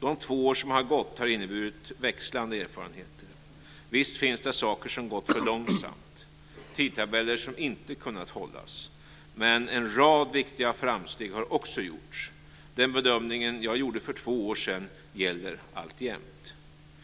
De två år som har gått har inneburit växlande erfarenheter. Visst finns det saker som gått för långsamt och tidtabeller som inte kunnat hållas. Men en rad viktiga framsteg har också gjorts. Den bedömning jag gjorde för två år sedan gäller alltjämt.